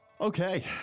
Okay